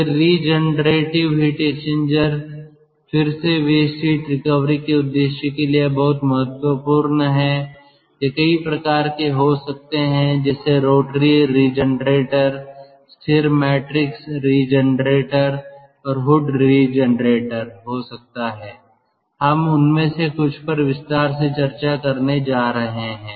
फिर regenerative heat exchanger फिर से वेस्ट हीट रिकवरी के उद्देश्य के लिए यह बहुत महत्वपूर्ण है यह कई प्रकार के हो सकते हैं जैसे रोटरी रीजनरेटर स्थिर मैट्रिक्स रीजनरेटर और हुड रीजनरेटर हो सकता है हम उनमें से कुछ पर विस्तार से चर्चा करने जा रहे हैं